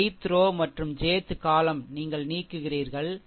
Ith row மற்றும் jth column நீங்கள் நீக்குகிறீர்கள் சரி